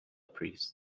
priests